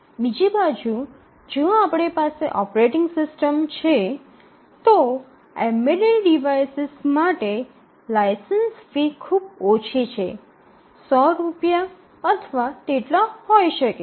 બીજી બાજુ જો આપણી પાસે ઓપરેટિંગ સિસ્ટમ છે તો એમ્બેડેડ ડિવાઇસેસ માટે લાઇસન્સ ફી ખૂબ ઓછી છે ૧00 રૂપિયા અથવા તેટલા હોય શકે છે